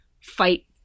fight